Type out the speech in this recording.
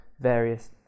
various